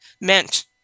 meant